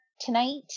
tonight